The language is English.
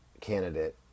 candidate